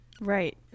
Right